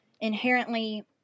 inherently